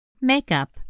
Makeup